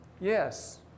yes